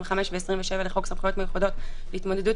25 ו-27 לחוק סמכויות מיוחדות להתמודדות